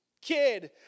kid